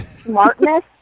smartness